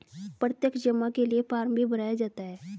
प्रत्यक्ष जमा के लिये फ़ार्म भी भराया जाता है